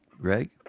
Greg